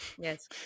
yes